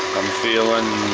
i'm feeling,